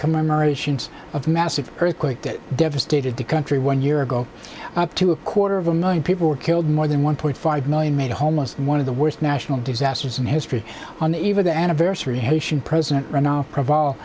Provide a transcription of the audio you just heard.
commemorations of massive earthquake that devastated the country one year ago up to a quarter of a million people were killed more than one point five million made homeless one of the worst national disasters in history on the eve of the anniversary haitian president r